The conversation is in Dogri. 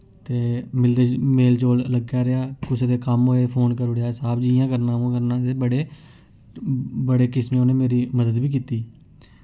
ते मिलदे मेल जोल लग्गेआ रेहा कुसै दे कम्म होए फोन करी ओड़ेआ साहब जी इ'यां करना उ'आं ते बड़े बड़े किस्में उ'नें मेरी मदद बी कीती